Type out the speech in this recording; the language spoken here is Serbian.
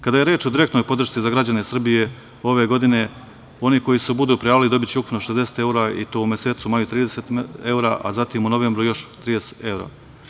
Kada je reč o direktnoj podršci za građane Srbije ove godine, oni koji se budu prijavili dobiće ukupno 60 evra, i to u mesecu maju 30 evra, a zatim u novembru još 30 evra.